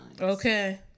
Okay